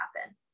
happen